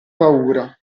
paura